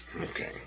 okay